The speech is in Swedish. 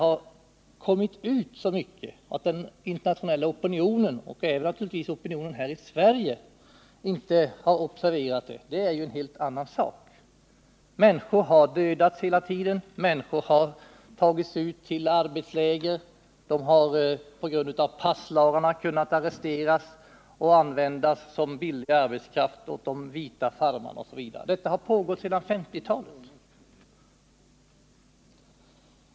Att den internationella opinionen och även opinionen här i Sverige inte har observerat detta är en helt annan sak. Människor har hela tiden dödats och tagits ut till arbetsläger. De har på grund av passlagarna kunnat arresteras och användas som billig arbetskraft åt de vita farmarna osv. Detta har pågått sedan 1950-talet.